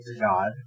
God